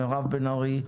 מירב בן ארי,